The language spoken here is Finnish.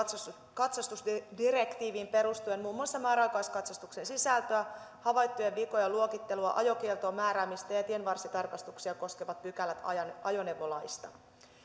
katsastusdirektiiviin perustuen muun muassa määräaikaiskatsastuksen sisältöä havaittujen vikojen luokittelua ajokieltoon määräämistä ja ja tienvarsitarkastuksia koskevat pykälät ajoneuvolaista